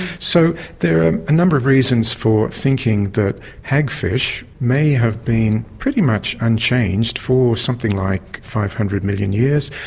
so there are a number of reasons for thinking that hagfish may have been pretty much unchanged for something like five hundred million years,